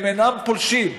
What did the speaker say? הם אינם פולשים,